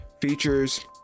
features